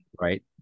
Right